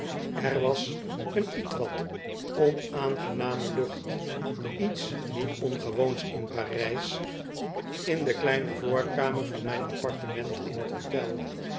avonder was een ietwat onaangename lucht iets niet ongewoons in p a r ij s in de kleine voorkamer van mijn appartement in t hotel